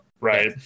Right